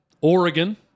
Oregon